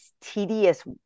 tedious